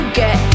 get